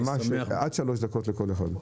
עד שלוש דקות לכל אחד.